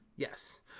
Yes